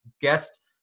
guest